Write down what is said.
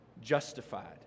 justified